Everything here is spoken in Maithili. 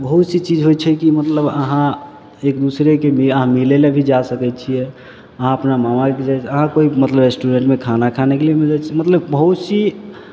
बहुत सी चीज होइ छै कि मतलब अहाँ एक दूसरेके लिए अहाँ मिलय लिए भी जा सकै छियै अहाँ अपना मामाके जे अहाँ कोइ मतलब रेस्टुरेंटमे खाना खानेके लिए भी जा सकै मतलब बहुत सी